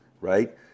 right